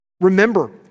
Remember